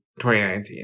2019